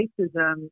racism